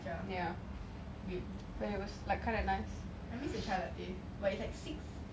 no the matcha latte you won't like it